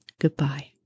goodbye